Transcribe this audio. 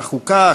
החוקה,